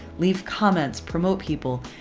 leave comments. promote people.